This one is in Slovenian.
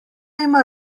ima